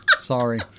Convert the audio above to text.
Sorry